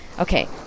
Okay